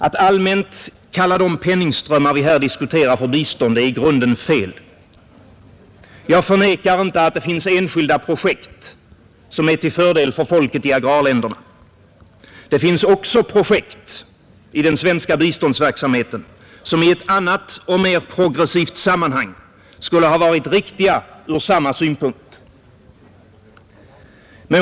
Att allmänt kalla de penningströmmar vi här diskuterar för bistånd är i grunden fel. Jag förnekar inte att det finns enskilda projekt som är till fördel för folket i agrarländerna. Det finns också projekt i den svenska biståndsverksamheten som i ett annat och mer progressivt sammanhang skulle ha varit riktiga ur samma synpunkt.